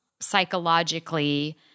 psychologically